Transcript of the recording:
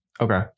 Okay